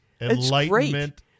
enlightenment